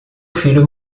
filho